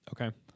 Okay